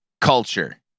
culture